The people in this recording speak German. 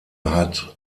hat